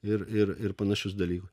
ir ir ir panašius dalykus